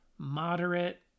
moderate